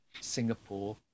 singapore